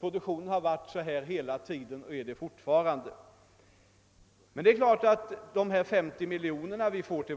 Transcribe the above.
Produktionen har emellertid inte utvecklats på det sättet och gör det fortfarande inte. Det är emellertid klart att. om regeringen får till sitt förfogande dessa 50 miljoner kronor så kan vi utnyttja